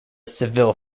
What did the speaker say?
seville